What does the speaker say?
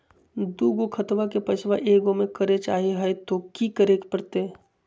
दू गो खतवा के पैसवा ए गो मे करे चाही हय तो कि करे परते?